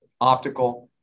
optical